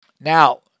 Now